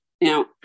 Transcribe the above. Now